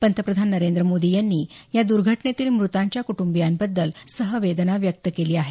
पंतप्रधान नरेंद्र मोदी यांनी या दुर्घटनेतील मृतांच्या कुटंबीयांबद्दल सहवेदना व्यक्त केली आहे